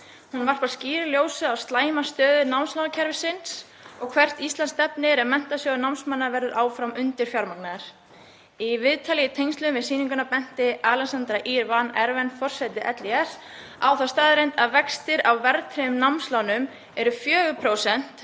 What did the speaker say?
Hún varpar skýru ljósi á slæma stöðu námslánakerfisins og hvert Ísland stefnir ef Menntasjóður námsmanna verður áfram undirfjármagnaður. Í viðtali í tengslum við sýninguna benti Alexandra Ýr van Erven, forseti LÍS, á þá staðreynd að vextir á verðtryggðum námslánum eru 4% en